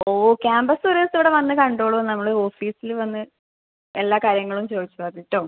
ഓ ക്യാമ്പസൊരു ദിവസം ഇവിടെ വന്ന് കണ്ടോളു നമ്മൾ ഓഫീസിൽ വന്ന് എല്ലാ കാര്യങ്ങളും ചോദിച്ചോ അത് കേട്ടോ